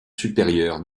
supérieurs